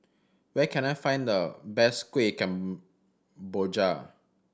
where can I find the best Kueh Kemboja